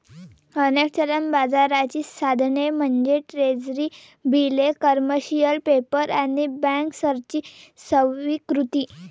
अनेक चलन बाजाराची साधने म्हणजे ट्रेझरी बिले, कमर्शियल पेपर आणि बँकर्सची स्वीकृती